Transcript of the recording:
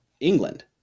England